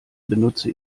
benutze